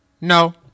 no